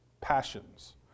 passions